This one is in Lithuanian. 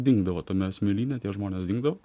dingdavo tame smėlyne tie žmonės dingdavo